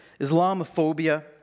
Islamophobia